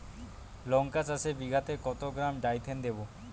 লঙ্কা চাষে বিঘাতে কত গ্রাম ডাইথেন দেবো?